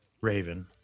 Raven